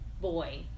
boy